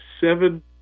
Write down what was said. seven